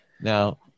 Now